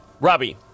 Robbie